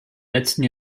letzten